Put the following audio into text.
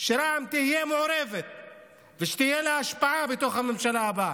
שרע"מ תהיה מעורבת ושתהיה לה השפעה בתוך הממשלה הבאה.